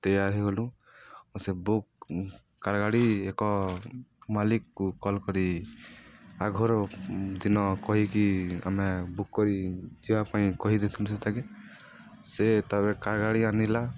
there ହେଇଗଲୁ ସେ book car ଗାଡ଼ି ଏକ ମାଲିକକୁ କଲ୍ କରି ଆଘର ଦିନ କହିକି ଆମେ ବୁକ୍ କରି ଯିବା ପାଇଁ କହିଦେଇଥିଲୁ ସେତାକେ ସେ ତା'ପରେ କାର ଗାଡ଼ି ଆଣିଲା